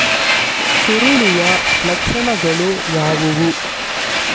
ಸುರುಳಿಯ ಲಕ್ಷಣಗಳು ಯಾವುವು?